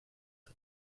der